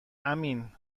امین